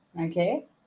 Okay